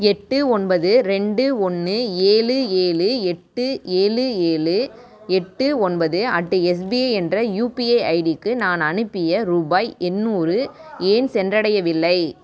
எட்டு ஒன்பது ரெண்டு ஒன்று ஏழு ஏழு எட்டு ஏழு ஏழு எட்டு ஒன்பது அட் எஸ்பிஐ என்ற யுபிஐ ஐடிக்கு நான் அனுப்பிய ரூபாய் எண்ணூறு ஏன் சென்றடையவில்லை